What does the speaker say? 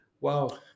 wow